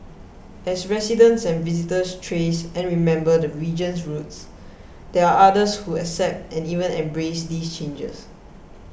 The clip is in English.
as residents and visitors trace and remember the region's roots there are others who accept and even embrace these changes